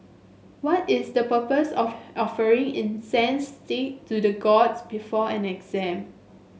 what is the purpose of offering incense stay to the gods before an exam